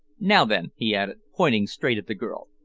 now, then, he added, pointing straight at the girl,